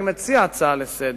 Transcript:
אני מציע שזה יהיה הצעה לסדר-היום,